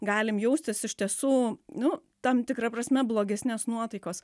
galim jaustis iš tiesų nu tam tikra prasme blogesnės nuotaikos